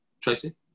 tracy